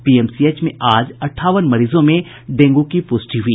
PMCH में आज अंठावन मरीजों में डेंगू की पुष्टि हुई